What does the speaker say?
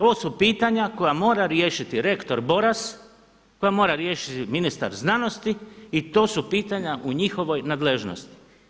Ovo su pitanja koja mora riješiti rektor Boras, koje mora riješiti ministar znanosti i to su pitanja u njihovoj nadležnosti.